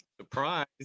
Surprise